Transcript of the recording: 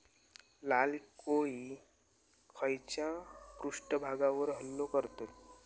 लाल कोळी खैच्या पृष्ठभागावर हल्लो करतत?